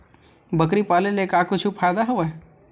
बकरी पाले ले का कुछु फ़ायदा हवय?